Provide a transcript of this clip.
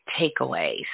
takeaways